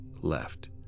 left